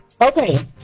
Okay